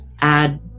add